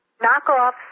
Knockoffs